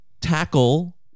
tackle